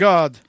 God